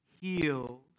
healed